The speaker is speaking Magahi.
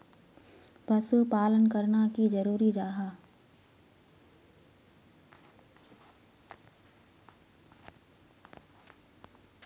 पशुपालन करना की जरूरी जाहा?